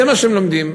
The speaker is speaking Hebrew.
זה מה שהם לומדים.